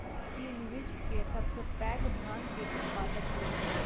चीन विश्व के सब सॅ पैघ भांग के उत्पादक अछि